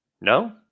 No